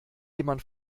jemand